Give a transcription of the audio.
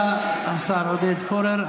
תודה, השר עודד פורר.